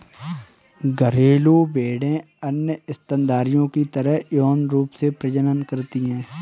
घरेलू भेड़ें अन्य स्तनधारियों की तरह यौन रूप से प्रजनन करती हैं